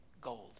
gold